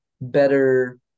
better